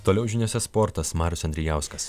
toliau žiniose sportas marius andrijauskas